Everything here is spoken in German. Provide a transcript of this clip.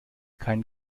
kein